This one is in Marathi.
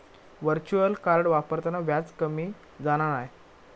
व्हर्चुअल कार्ड वापरताना व्याज कमी जाणा नाय